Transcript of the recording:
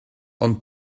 ond